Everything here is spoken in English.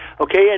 Okay